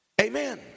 Amen